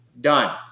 done